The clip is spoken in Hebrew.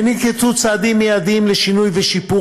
וננקטו צעדים מיידיים לשינוי ושיפור